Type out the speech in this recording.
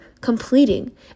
completing